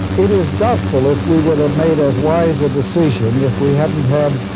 it is doubtful if we would've made as wise a decision if we hadn't had